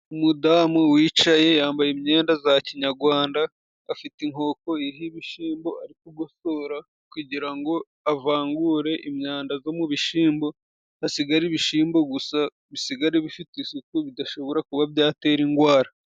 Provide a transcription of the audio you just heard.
Umudamu wicaye yambaye imyenda za kinyarwanda, afite inkoko iha ibishimbo ari kugosora kugira ngo avangure imyanda zo mu bishimbo hasigagara ibishingwa gusa, bisigare bifite isuku bidashobora kuba byatera indwara.